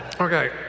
Okay